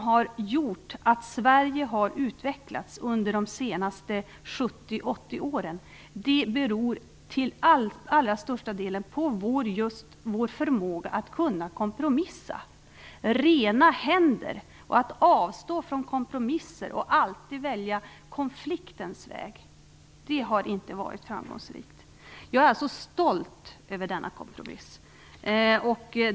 Att Sverige har utvecklats under de senaste 70-80 åren beror till allra största delen just på vår förmåga att kunna kompromissa. Att ha rena händer och att avstå från kompromisser och alltid välja konfliktens väg har inte varit framgångsrikt. Jag är alltså stolt över denna kompromiss.